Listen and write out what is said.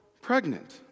pregnant